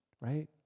right